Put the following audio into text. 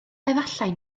efallai